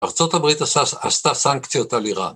ארצות הברית עשתה סנקציות על עירק